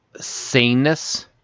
saneness